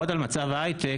עוד על מצב ההייטק,